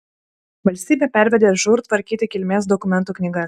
valstybė pavedė žūr tvarkyti kilmės dokumentų knygas